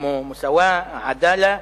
כמו "מוסאוא" או "עדאלה".